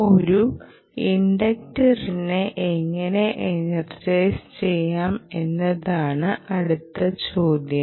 ഒരു ഇൻഡക്റ്ററിനെ എങ്ങനെ എനർജൈസ് ചെയ്യാം എന്നതാണ് അടുത്ത ചോദ്യം